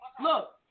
look